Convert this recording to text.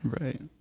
right